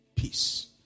peace